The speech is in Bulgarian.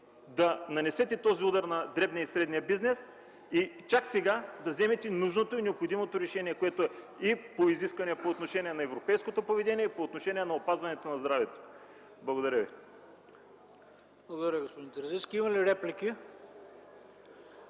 да нанесете този удар на дребния и средния бизнес и чак сега да вземете нужното и необходимото решение, което е по изискване по отношение на европейското поведение и по отношение на опазването на здравето. Благодаря. ПРЕДСЕДАТЕЛ ХРИСТО БИСЕРОВ: Благодаря, господин Терзийски. Има ли реплики?